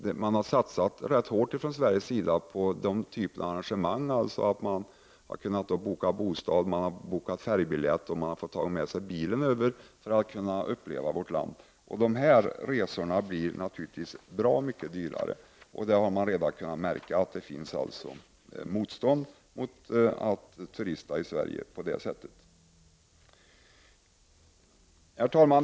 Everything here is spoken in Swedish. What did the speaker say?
Man har i Sverige satsat rätt hårt på den typ av arrangemang där turisten har kunnat boka bostad och färjebiljetter samt kunnat ta med sig bilen för att uppleva vårt land. Dessa resor blir naturligtvis bra mycket dyrare. Man har redan kunnat märka att det finns ett motstånd mot att turista i Sverige på detta sätt. Herr talman!